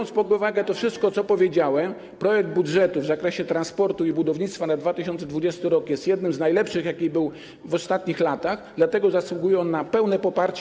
Biorąc pod uwagę to wszystko, co powiedziałem, projekt budżetu w zakresie transportu i budownictwa na 2020 r. jest jednym z najlepszych, jaki był w ostatnich latach, dlatego zasługuje on na pełne poparcie.